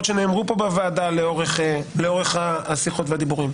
שנאמרו פה בוועדה לאורך השיחות והדיבורים,